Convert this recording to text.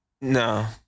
No